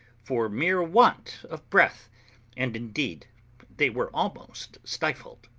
for mere want of breath and indeed they were almost stifled.